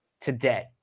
today